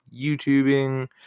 YouTubing